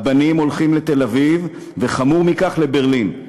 הבנים הולכים לתל-אביב, וחמור מכך, לברלין.